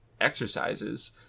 exercises